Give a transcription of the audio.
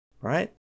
right